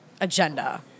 agenda